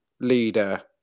Leader